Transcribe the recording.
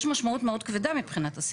יש משמעות מאוד כבדה מבחינת השיח.